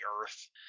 earth